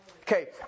Okay